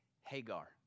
Hagar